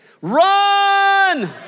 Run